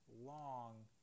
long